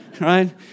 right